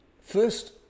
First